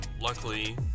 Luckily